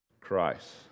Christ